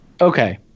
Okay